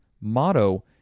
motto